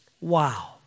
Wow